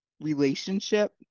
relationship